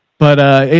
but ah a,